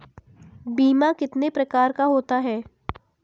बीमा कितने प्रकार का होता है?